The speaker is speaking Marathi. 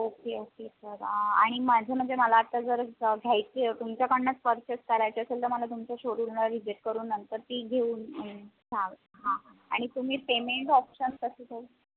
ओके ओके सर आणि माझं म्हणजे मला आत्ता जर घ्यायची तुमच्याकडनंच परचेस करायची असेल तर मला तुमच्या शोरूमला व्हिजिट करून नंतर ती घेऊन सांग हां आणि तुम्ही पेमेंट ऑप्शन कसं थो